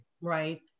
right